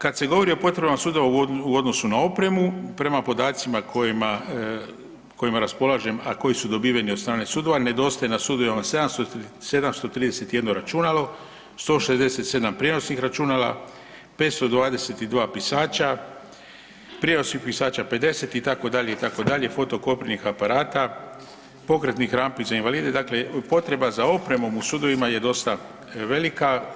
Kad se govori o potrebama sudova u odnosu na opremu prema podacima kojima, kojima raspolažem, a koji su dobiveni od strane sudova, nedostaje na sudovima 731 računalo, 167 prijenosnih računala, 522 pisača, prijenosnih pisača 50 itd. itd., fotokopirnih aparata, pokretnih rampi za invalide, dakle potreba za opremom u sudovima je dosta velika.